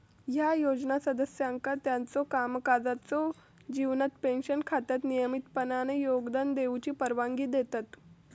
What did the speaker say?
ह्या योजना सदस्यांका त्यांच्यो कामकाजाच्यो जीवनात पेन्शन खात्यात नियमितपणान योगदान देऊची परवानगी देतत